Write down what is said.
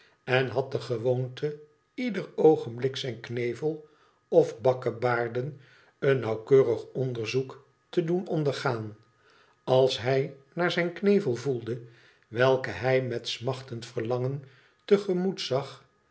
en had de gewoonte ieder oogenblik zijn knevel of bakkebaarden een nauwkeurig onderzoek te doen ondergaan als hij naar zijn knevel voelde welken hij met smachtend verlangen te gemoet zag